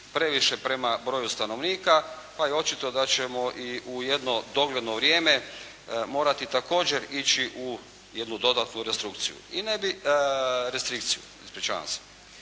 previše prema broju stanovnika pa je očito da ćemo i u jedno dogledno vrijeme morati također ići u jednu dodatnu restrukciju i ne bih, restrikciju, ispričavam se.